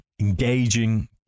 engaging